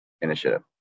initiative